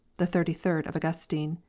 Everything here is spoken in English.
the thirty-third of augustine.